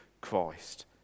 Christ